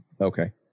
Okay